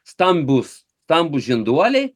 stambūs stambūs žinduoliai